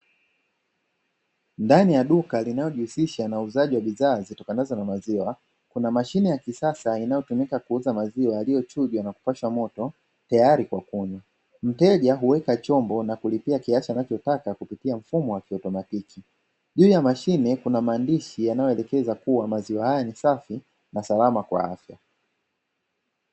Ndani ya duka linalojihusisha na uuzaji wa bidhaa zitokanazo na maziwa, kuna mashine ya kisasa inayotumika kuuza maziwa yaliyochujwa na kupashwa moto tayari kwa kunywa, mteja huweka chombo na kulipia kiasi anachotaka kupitia mfumo wa kiotomatiki. Juu ya mashine kuna maandishi yanayoelekeza maziwa haya kuwa ni safi na salama kwa afya.